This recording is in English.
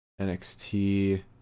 NXT